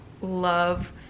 love